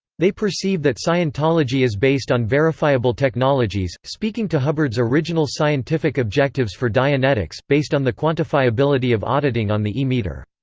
they perceive that scientology is based on verifiable technologies, speaking to hubbard's original scientific objectives for dianetics, based on the quantifiability of auditing on the e-meter.